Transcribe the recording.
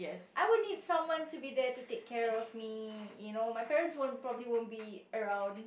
I would need someone to be there to take care of me you know my parents won't probably won't be around